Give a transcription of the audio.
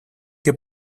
que